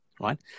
right